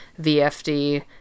vfd